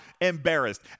embarrassed